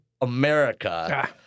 America